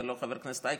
וגם חבר הכנסת אייכלר,